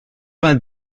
vingt